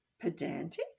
pedantic